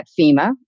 FEMA